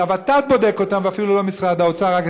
שהוות"ת בודק אותם ואפילו לא משרד האוצר,